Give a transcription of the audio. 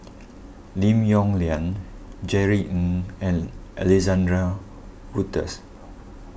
Lim Yong Liang Jerry Ng and Alexander Wolters